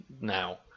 now